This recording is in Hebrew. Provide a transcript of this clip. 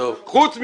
חוץ מזה,